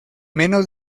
menos